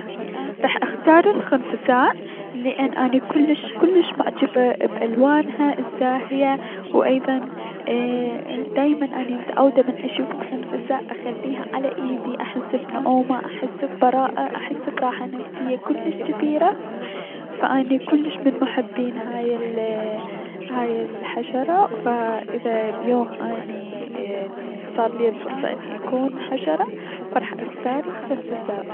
راح اختار الخنفساء لأن اني كلش كلش معجبة بألوانها الزاهية و ايضا ايي- دايما اني متعودة من اشوف الخنفساء اخليها على ايدي احس بنعومة، احس ببراءة، احس براحة نفسية كلش جبيرة، فاني كلش من محبين هذي الحشرة، فا- اني بيوم اذا صار ليا الفرصة اني اكون حضرة، فراح اختار الخنفساء.